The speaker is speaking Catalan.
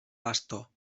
bastó